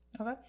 Okay